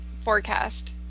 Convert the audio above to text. forecast